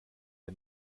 der